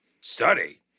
Study